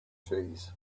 trees